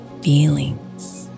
feelings